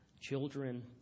children